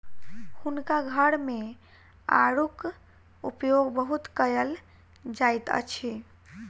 हुनका घर मे आड़ूक उपयोग बहुत कयल जाइत अछि